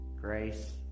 Grace